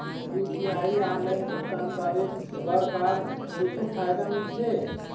UPI online भुगतान करे बर का कुछू फायदा मिलथे?